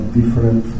different